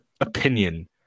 opinion